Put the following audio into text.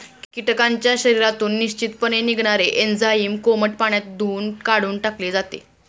कीटकांच्या शरीरातून निश्चितपणे निघणारे एन्झाईम कोमट पाण्यात धुऊन काढून टाकले जाते